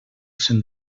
cent